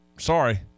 sorry